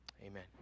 amen